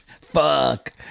Fuck